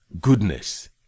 goodness